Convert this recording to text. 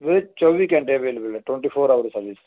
ਵੀਰੇ ਚੌਵੀ ਘੰਟੇ ਅਵੇਲੇਬਲ ਹੈ ਟਵੈਂਟੀ ਫੋਰ ਹਾਵਰ ਹੈ ਸਰਵਿਸ